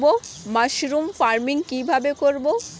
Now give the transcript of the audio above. Mushroom farming কি ভাবে করব?